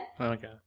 Okay